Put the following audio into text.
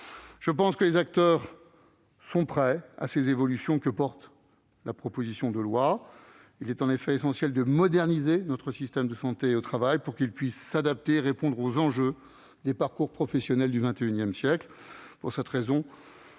me semble-t-il, sont prêts aux évolutions portées dans la proposition de loi. Il est en effet essentiel de moderniser notre système de santé au travail, pour qu'il puisse s'adapter et répondre aux enjeux des parcours professionnels du XXI siècle. Pour cette raison,